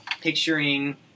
picturing